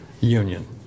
union